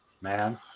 man